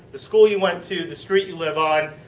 the school you went to, the street you live on.